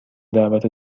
دعوت